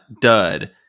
dud